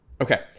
Okay